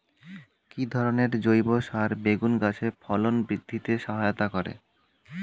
কি ধরনের জৈব সার বেগুন গাছে ফলন বৃদ্ধিতে সহায়তা করে?